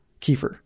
kefir